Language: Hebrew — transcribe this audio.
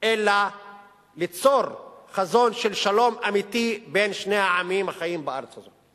אלא ליצור חזון של שלום אמיתי בין שני העמים החיים בארץ הזו.